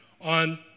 on